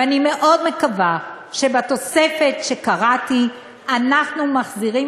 ואני מאוד מקווה שבתוספת שאני קראתי אנחנו מחזירים